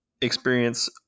experience